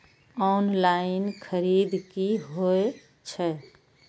Online खरीद की होए छै?